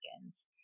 seconds